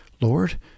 Lord